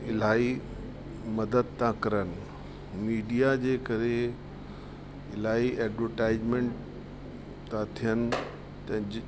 इलाही मदद था करनि मीडिया जे करे इलाही एडवरटाइज़मेंट था थियनि त जि